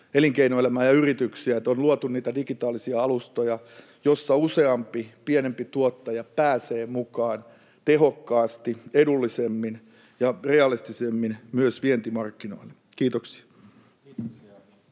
elinkeinoelämää ja yrityksiä, että on luotu niitä digitaalisia alustoja, joilla useampi pienempi tuottaja pääsee mukaan tehokkaasti, edullisemmin ja realistisemmin myös vientimarkkinoille. — Kiitoksia.